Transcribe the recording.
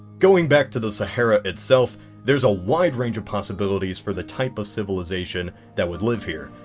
going back to the sahara itself there's a wide range of possibilities for the type of civilization that would live here.